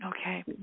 Okay